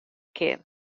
kin